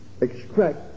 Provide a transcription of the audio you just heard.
Extract